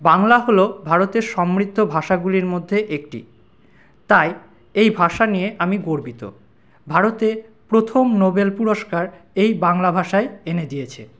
বাংলা হল ভারতের সমৃদ্ধ ভাষাগুলির মধ্যে একটি তাই এই ভাষা নিয়ে আমি গর্বিত ভারতে প্রথম নোবেল পুরষ্কার এই বাংলা ভাষাই এনে দিয়েছে